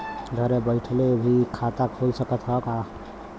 घरे बइठले भी खाता खुल सकत ह का?